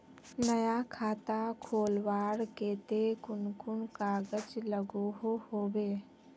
नया खाता खोलवार केते कुन कुन कागज लागोहो होबे?